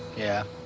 yeah.